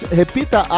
repita